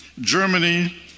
Germany